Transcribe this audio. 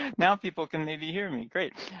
now people can maybe hear me. great.